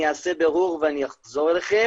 אני אעשה בירור ואני אחזור אליכם.